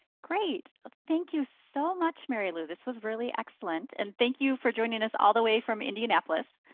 great, thank you so much mary lou, this was really excellent. and thank you for joining us all the way from indianapolis.